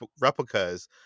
Replicas